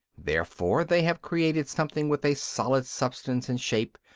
therefore they have created something with a solid substance and shape,